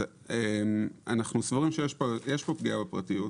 אנחנו סבורים שיש כאן פגיעה בפרטיות,